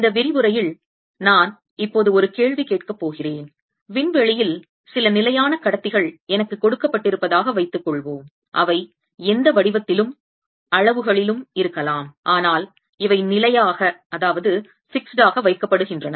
இந்த விரிவுரையில் நான் இப்போது ஒரு கேள்வி கேட்கப் போகிறேன் விண்வெளியில் சில நிலையான கடத்திகள் எனக்கு கொடுக்கப்பட்டிருப்பதாக வைத்துக்கொள்வோம் அவை எந்த வடிவத்திலும் அளவுகளிலும் இருக்கலாம் ஆனால் இவை நிலையாக வைக்கப்படுகின்றன